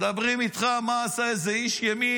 מדברים איתך מה עשה לא בסדר איזה איש ימין,